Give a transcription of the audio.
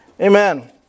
Amen